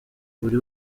buli